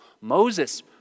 Moses